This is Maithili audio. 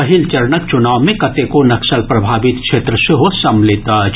पहिल चरणक चुनाव मे कतेको नक्सल प्रभावित क्षेत्र सेहो सम्मिलत अछि